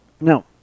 No